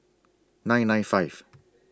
nine nine five